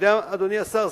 אדוני השר,